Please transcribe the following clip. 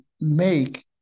make